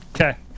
Okay